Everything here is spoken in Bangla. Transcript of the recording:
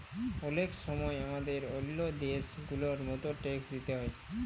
অলেক সময় হামাদের ওল্ল দ্যাশ গুলার মত ট্যাক্স দিতে হ্যয়